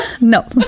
no